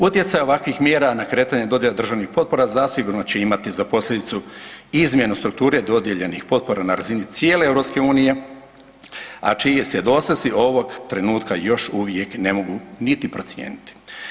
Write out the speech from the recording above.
Utjecaj ovakvih mjera na kretanje dodjele državnih potpora zasigurno će imati za posljedicu izmjenu strukture dodijeljenih potpora na razini cijele EU, a čiji se dosezi ovog trenutka još uvijek ne mogu niti procijeniti.